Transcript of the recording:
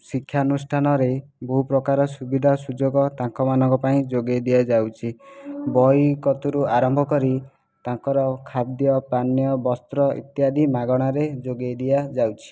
ଶିକ୍ଷାନୁଷ୍ଠାନରେ ବହୁ ପ୍ରକାର ସୁବିଧା ସୁଯୋଗ ତାଙ୍କମାନଙ୍କ ପାଇଁ ଯୋଗାଇଦିଆଯାଉଛି ବହି କତିରୁ ଆରମ୍ଭ କରି ତାଙ୍କର ଖାଦ୍ୟ ପାନୀୟ ବସ୍ତ୍ର ଇତ୍ୟାଦି ମାଗଣାରେ ଯୋଗାଇଦିଆଯାଉଛି